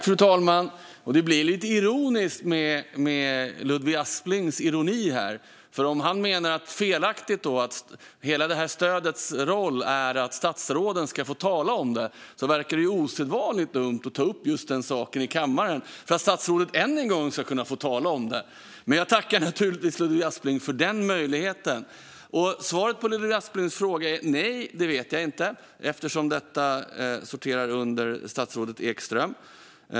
Fru talman! Det blir lite ironiskt med Ludvig Asplings ironi. Om han menar att hela stödets roll är att statsråden ska få tala om det verkar det osedvanligt dumt att ta upp just den saken i kammaren så att statsrådet än en gång ska få tala om stödet. Men jag tackar naturligtvis Ludvig Aspling för den möjligheten. Svaret på Ludvig Asplings fråga är att jag inte vet eftersom detta sorterar under statsrådet Ekström.